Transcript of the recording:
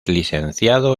licenciado